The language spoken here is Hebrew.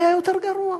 היה יותר גרוע.